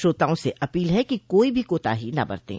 श्रोताओं से अपील है कि कोई भी कोताही न बरतें